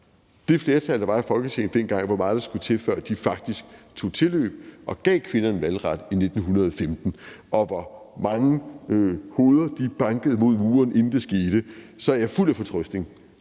det flertal, der var i Folketinget dengang, faktisk tog tilløb og gav kvinderne valgret i 1915, og hvor mange hoveder de bankede mod muren, inden det skete, så er jeg fuld af fortrøstning